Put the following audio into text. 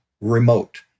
remote